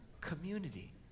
community